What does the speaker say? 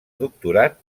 doctorat